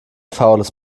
faules